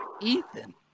Ethan